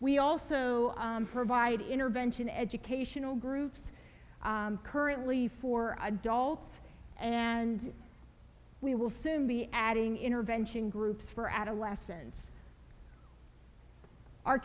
we also provide intervention educational groups currently for adults and we will soon be adding intervention groups for adolescents our